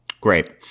Great